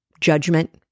judgment